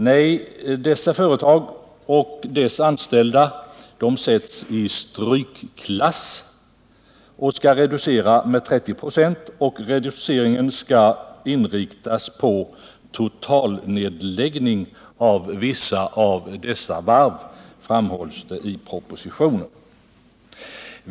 Nej, dessa företag och dess anställda sätts i strykklass och skall reducera med 30 26, och reduceringen skall inriktas på total nedläggning av vissa av dessa varv, framhålls det i propositionen.